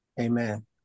Amen